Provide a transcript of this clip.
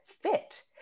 fit